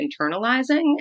internalizing